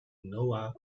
noah